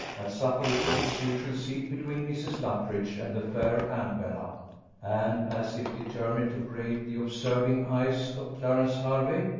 at supper he took his usual seat between mrs. luttridge and the fair annabella and, as if determined to brave the observing eyes of clarence hervey,